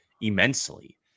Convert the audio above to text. immensely